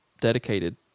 dedicated